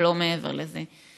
אבל לא מעבר לזה.